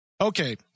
Okay